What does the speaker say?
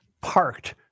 parked